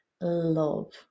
love